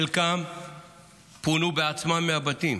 חלקם פונו בעצמם מהבתים,